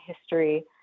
history